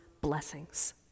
blessings